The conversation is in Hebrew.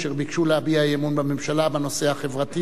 אשר ביקשו להביע אי-אמון בממשלה בנושא החברתי